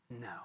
No